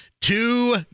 Two